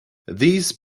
these